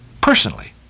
personally